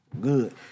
Good